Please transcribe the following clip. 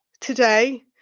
today